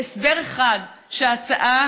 הסבר אחד שההצעה